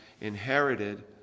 inherited